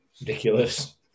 ridiculous